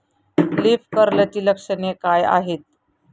Leaf कर्लची लक्षणे काय आहेत?